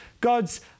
God's